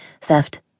theft